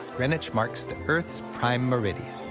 greenwich marks the earth's prime meridian.